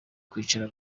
kwicara